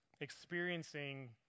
experiencing